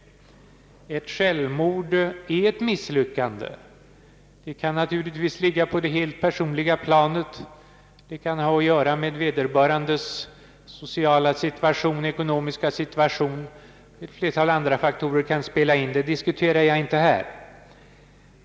Ett självmord är ett misslyckande. Det kan naturligtvis ligga på det helt personliga planet. Det kan ha att göra med vederbörandes sociala eller ekonomiska situation, och ett flertal andra faktorer kan spela in. Det diskuterar jag inte här.